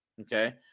Okay